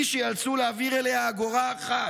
בלי שייאלצו להעביר אליה אגורה אחת.